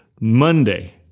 Monday